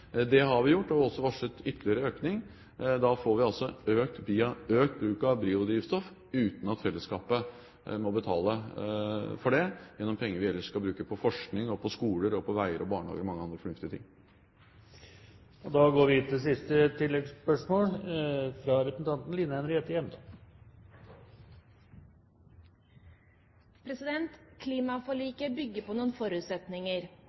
Det har vi gjort, og vi har også varslet ytterligere økning. Da får vi økt bruk av biodrivstoff uten at fellesskapet må betale for det med penger vi ellers kan bruke på forskning, skoler, veier, barnehager og mange andre fornuftige ting. Da går vi til siste oppfølgingsspørsmål – Line Henriette Hjemdal. Klimaforliket bygger på noen forutsetninger.